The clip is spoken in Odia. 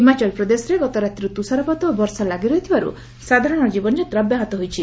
ହିମାଚଳ ପ୍ରଦେଶରେ ଗତ ରାତିରୁ ତୃଷାରପାତ ଓ ବର୍ଷା ଲାଗି ରହିଥିବାରୁ ସାଧାରଣ ଜୀବନଯାତ୍ରା ବ୍ୟାହତ ହୋଇଛି